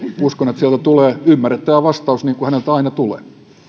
uskon että sieltä tulee ymmärrettävä vastaus niin kuin häneltä aina tulee